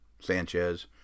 Sanchez